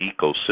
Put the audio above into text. ecosystem